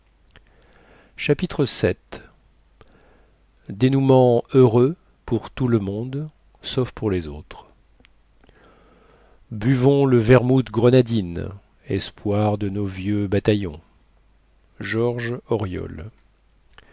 chapitre vii dénouement heureux pour tout le monde sauf pour les autres buvons le vermouth grenadine espoir de nos vieux bataillons george auriol